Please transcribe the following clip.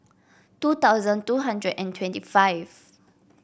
two thousand two hundred and twenty five